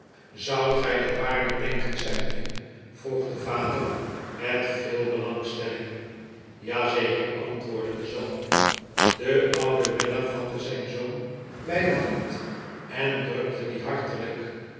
zoudt gij dat waarlijk denken sampje vroeg de vader met veel belangstelling ja zeker antwoordde de zoon de oude weller vatte zijn zoon bij de hand en drukte die hartelijk